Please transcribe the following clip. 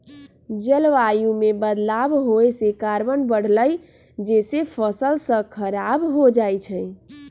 जलवायु में बदलाव होए से कार्बन बढ़लई जेसे फसल स खराब हो जाई छई